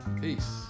Peace